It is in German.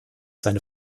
seine